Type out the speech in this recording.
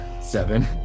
Seven